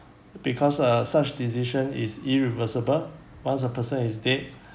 because uh such decision is irreversible once a person is dead